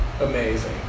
amazing